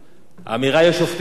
כל אחד מפרש אותה,